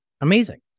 Amazing